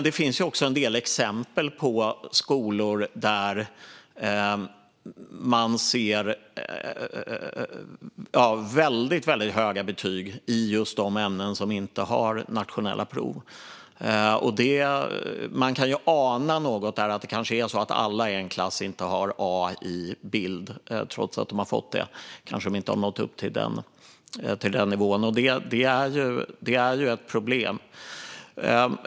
Det finns också en del exempel på skolor där man ger väldigt höga betyg i just de ämnen som inte har nationella prov. Man kan ju ana att kanske inte alla i en klass har A i bild. Trots att de har fått A kanske de inte har nått upp till den nivån, och det är ju ett problem.